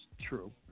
true